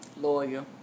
Lawyer